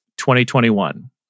2021